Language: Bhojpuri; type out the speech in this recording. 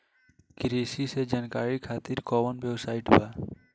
कृषि से जुड़ल जानकारी खातिर कोवन वेबसाइट बा?